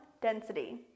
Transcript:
density